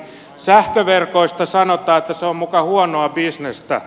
sähköverkoista sanotaan että se on muka huonoa bisnestä